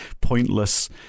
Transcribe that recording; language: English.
pointless